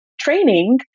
training